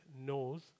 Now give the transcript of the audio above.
knows